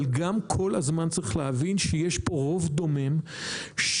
אבל גם כל הזמן צריך להבין שיש פה רוב דומם של